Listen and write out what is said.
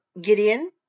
Gideon